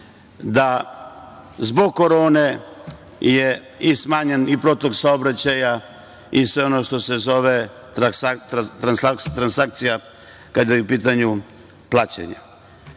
da zbog korone je i smanjen i protok saobraćaja i sve ono što se zove transakcija, kada je u pitanju plaćanje. Takođe,